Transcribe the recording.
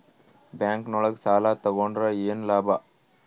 Bank ನೊಳಗ ಸಾಲ ತಗೊಂಡ್ರ ಏನು ಲಾಭ?